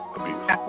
abuse